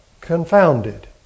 confounded